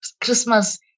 Christmas